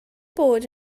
bod